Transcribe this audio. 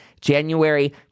January